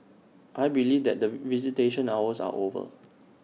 I believe that visitation hours are over